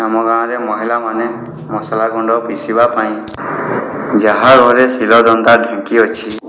ଆମ ଗାଁରେ ମହିଳାମାନେ ମସଲା ଗୁଣ୍ଡ ପିଶିବା ପାଇଁ ଯାହା ଘରେ ଶୀଳ ଦଣ୍ଡା ଢିଙ୍କି ଅଛି